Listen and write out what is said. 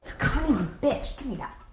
bitch give me that.